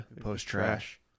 Post-trash